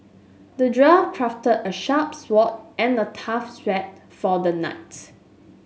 the dwarf crafted a sharp sword and a tough shield for the knight